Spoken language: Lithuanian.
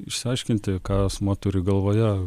išsiaiškinti ką asmuo turi galvoje